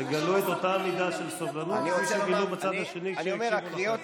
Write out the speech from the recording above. אתם קוראים לנו "טרוריסטים".